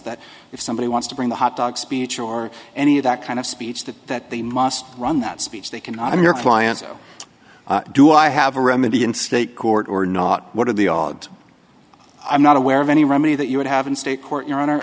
that if somebody wants to bring the hot dog speech or any of that kind of speech that that they must run that speech they cannot in your clients do i have a remedy in state court or not what are the odds i'm not aware of any remedy that you would have in state court you